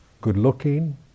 good-looking